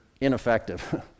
ineffective